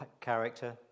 character